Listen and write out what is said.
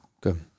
Good